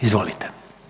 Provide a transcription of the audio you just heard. Izvolite.